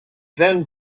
then